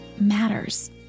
matters